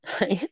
Right